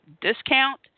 discount